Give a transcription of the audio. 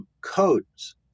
codes